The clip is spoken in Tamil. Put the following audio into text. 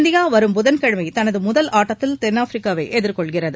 இந்தியா வரும் புதன்கிழமை தனது முதல் ஆட்டத்தில் தென்னாரப்பிரிக்காவை எதிர்கொள்கிறது